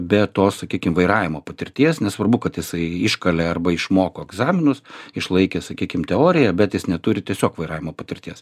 be to sakykim vairavimo patirties nesvarbu kad jisai iškalė arba išmoko egzaminus išlaikė sakykim teoriją bet jis neturi tiesiog vairavimo patirties